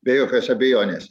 be jokios abejonės